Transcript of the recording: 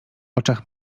oczach